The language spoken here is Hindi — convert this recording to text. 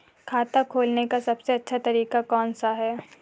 खाता खोलने का सबसे अच्छा तरीका कौन सा है?